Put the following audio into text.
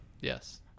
Yes